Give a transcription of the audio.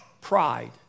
pride